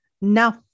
No